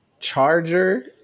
charger